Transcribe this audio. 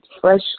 fresh